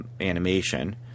animation